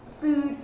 food